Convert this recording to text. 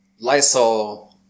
Lysol